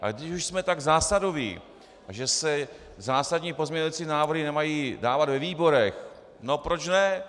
Ale když už jsme tak zásadoví, že se zásadní pozměňovací návrhy nemají dávat ve výborech, proč ne.